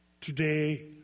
today